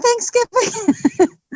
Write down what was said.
thanksgiving